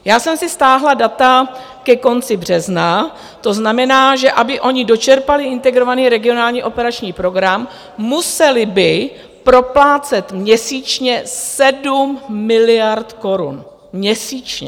Já jsem si stáhla data ke konci března, to znamená, aby oni dočerpali Integrovaný regionální operační program, museli by proplácet měsíčně 7 miliard korun měsíčně!